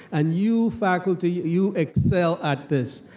and you, faculty, you excel at this,